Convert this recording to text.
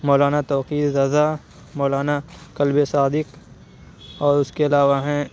مولانا توقیر رضا مولانا قلبِ صادق اور اُس کے علاوہ ہیں